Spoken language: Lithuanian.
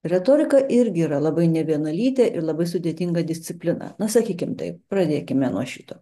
retorika irgi yra labai nevienalytė ir labai sudėtinga disciplina na sakykim taip pradėkime nuo šito